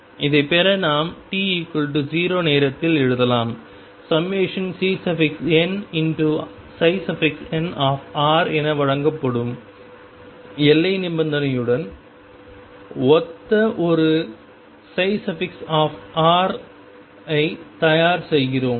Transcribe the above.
இதைப் பெற நாம் t0 நேரத்தில் எழுதலாம் ∑Cnnr என வழங்கப்படும் எல்லை நிபந்தனையுடன் ஒத்த ஒரு ψ ஐ தயார் செய்கிறோம்